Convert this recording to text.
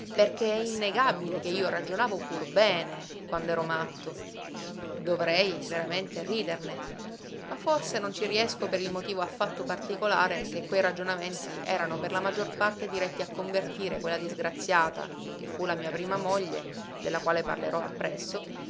perché è innegabile che io ragionavo pur bene quand'ero matto dovrei veramente riderne ma forse non ci riesco per il motivo affatto particolare che quei ragionamenti erano per la maggior parte diretti a convertire quella disgraziata che fu la mia prima moglie della quale parlerò appresso